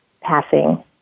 passing